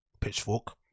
Pitchfork